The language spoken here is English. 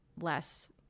less